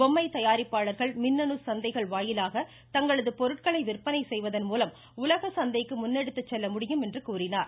பொம்மை தயாரிப்பாளர்கள் மின்னனு சந்தைகள் மூலம் தங்களது பொருட்களை விற்பனை செய்வதன் மூலம் உலக சந்தைக்கு முன்னெடுத்து செல்ல முடியும் என்று கூறினார்